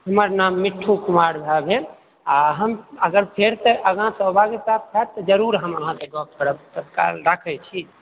हमर नाम मिट्ठू कुमार झा भेल आ हम अगर फेर सऽ अहाँ सऽ बात होयत तऽ जरुर हम अहाँ सऽ गप करब फ़िलहाल राखै छी